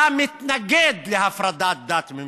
אתה מתנגד להפרדת דת ומדינה.